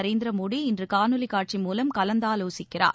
நரேந்திர மோடி இன்று காணொலி காட்சி மூலம் கலந்தாலோசிக்கிறார்